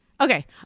okay